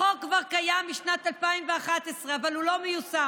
החוק קיים כבר משנת 2011 אבל הוא לא מיושם.